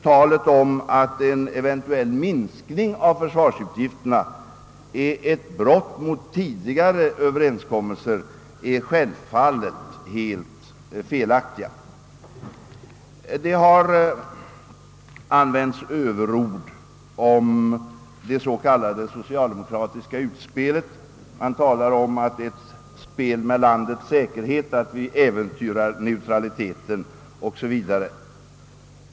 Talet om att en eventuell minskning av försvarsutgifterna är ett brott mot tidigare överenskommelser är sålunda helt felaktigt. Det har använts överord om det s.k. socialdemokratiska utspelet — man säger att det är ett »spel med landets säkerhet», att vi äventyrar neutraliteten 0. s. v.